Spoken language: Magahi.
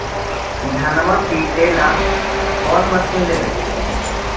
धनमा पिटेला कौन मशीन लैबै?